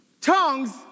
tongues